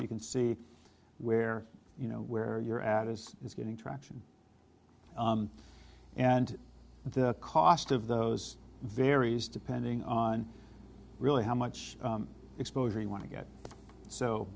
you can see where you know where your ad is is getting traction and the cost of those varies depending on really how much exposure you want to get so